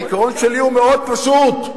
העיקרון שלי הוא פשוט מאוד: